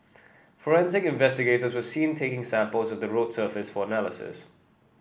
forensic investigators were seen taking samples of the road surface for analysis